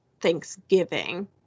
Thanksgiving